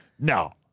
no